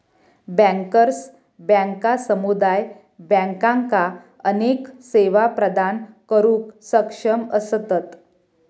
bankers बँका समुदाय बँकांका अनेक सेवा प्रदान करुक सक्षम असतत